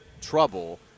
trouble